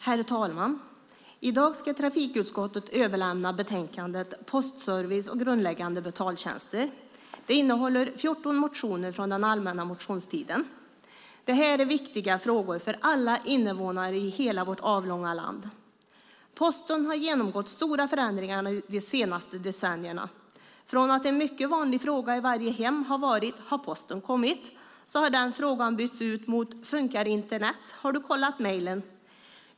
Herr talman! I dag ska trafikutskottet överlämna betänkandet Postservice och grundläggande betaltjänster . Det innehåller 14 motioner från den allmänna motionstiden. Dessa frågor är viktiga för alla invånare i hela vårt avlånga land. Posten har genomgått stora förändringar de senaste decennierna. Från att en mycket vanlig fråga i varje hem har varit: Har posten kommit? har den frågan bytts ut mot: Funkar Internet, har du kollat mejlen?